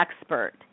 expert